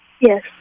Yes